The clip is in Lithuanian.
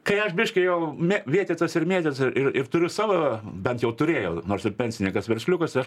kai aš biškį jau mė vėtytas ir mėtyts ir ir turiu savo bent jau turėjau nors ir pensinykas versliukus tai aš